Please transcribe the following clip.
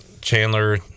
chandler